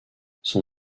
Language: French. son